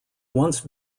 once